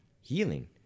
healing